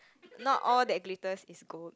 not all that glitters is gold